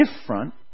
different